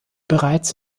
bereits